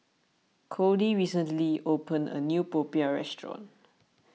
Codie recently opened a new Popiah restaurant